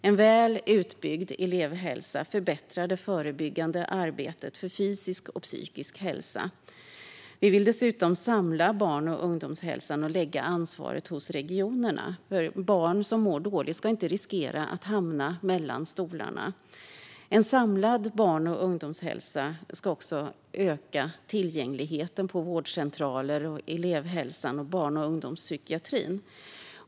En väl utbyggd elevhälsa förbättrar det förebyggande arbetet för fysisk och psykisk hälsa. Vi vill dessutom samla barn och ungdomshälsan och lägga ansvaret hos regionerna. Barn som mår dåligt ska inte riskera att hamna mellan stolarna. En samlad barn och ungdomshälsa skulle också öka tillgängligheten på vårdcentralerna, elevhälsan och barn och ungdomspsykiatrin.